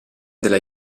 della